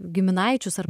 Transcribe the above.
giminaičius ar